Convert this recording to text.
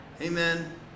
Amen